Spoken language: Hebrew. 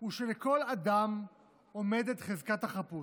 הוא שלכל אדם עומדת חזקת החפות.